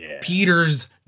Peter's